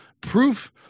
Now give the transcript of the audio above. proof